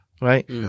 right